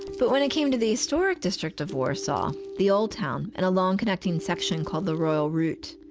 but when it came to the historic district of warsaw, the old town and a long, connecting section called the royal route,